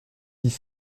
dix